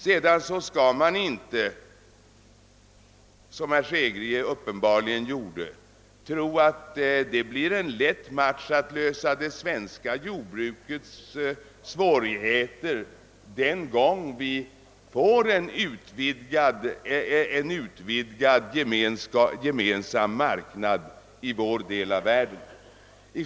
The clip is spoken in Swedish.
Sedan skall man inte tro — vilket herr Hansson i Skegrie uppenbarligen gör — att det blir en lätt match att lösa de svenska jordbruksproblemen när vi får en utvidgad gemensam marknad i vår del av världen.